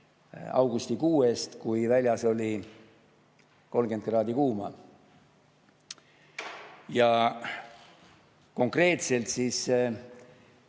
augustikuu eest, kui väljas oli 30 kraadi kuuma. Konkreetselt mina